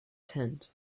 tent